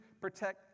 protect